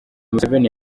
museveni